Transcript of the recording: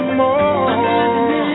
more